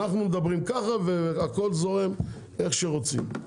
אנחנו מדברים ככה והכול זורם איך שרוצים.